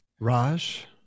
Raj